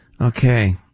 Okay